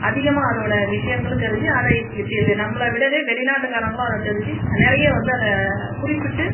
அதிகமாக அதோட விஷயங்களும் தெரிஞ்சு அதை இப் இப் இங்கே நம்மளைவிடவே வெளிநாட்டுகாரர்களும் அதை தெரிஞ்சு நிறைய வந்து அதை குறிப்பிட்டு